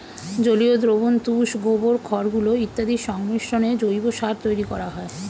জলীয় দ্রবণ, তুষ, গোবর, খড়গুঁড়ো ইত্যাদির সংমিশ্রণে জৈব সার তৈরি করা হয়